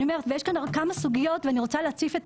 ואני אומרת יש כאן כמה סוגיות שאני רוצה להציף.